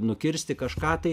nukirsti kažką tai